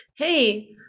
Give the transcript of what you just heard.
hey